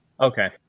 Okay